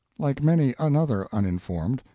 like many another uninformed,